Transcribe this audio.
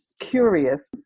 curious